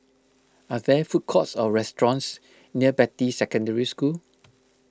are there food courts or restaurants near Beatty Secondary School